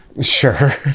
Sure